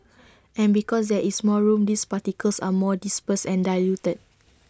and because there is more room these particles are more dispersed and diluted